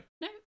no